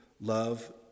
love